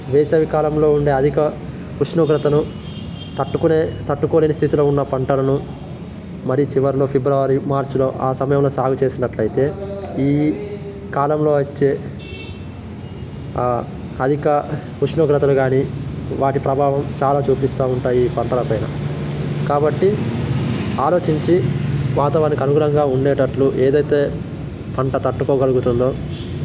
వేసవికాలంలో ఉండే అధిక ఉష్ణోగ్రతను తట్టుకునే తట్టుకోలేని స్థితిలో ఉన్న పంటలను మరి చివర్లో ఫిబ్రవరి మార్చ్లో ఆ సమయంలో సాగు చేసినట్లయితే ఈ కాలంలో వచ్చే అధిక ఉష్ణోగ్రతలు కాని వాటి ప్రభావం చాలా చూపిస్తూ ఉంటాయి ఈ పంటల పైన కాబట్టి ఆలోచించి వాతావరణానికి అనుకూలంగా ఉండేటట్లు ఏదైతే పంట తట్టుకోగలుగుతుందో